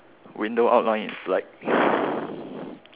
window outline is black